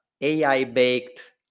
AI-baked